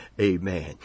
Amen